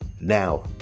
Now